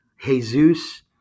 Jesus